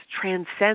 transcend